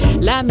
la